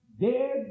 dead